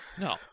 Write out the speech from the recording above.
No